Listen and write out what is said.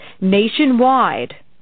nationwide